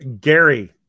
Gary